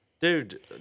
Dude